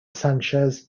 sanchez